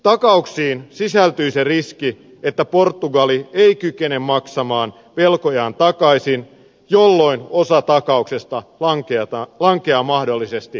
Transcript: takauksiin sisältyy se riski että portugali ei kykene maksamaan velkojaan takaisin jolloin osa takauksesta lankeaa mahdollisesti maksettavaksi